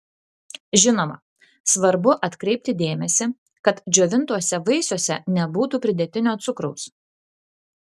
žinoma svarbu atkreipti dėmesį kad džiovintuose vaisiuose nebūtų pridėtinio cukraus